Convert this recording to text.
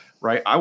right